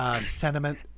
Sentiment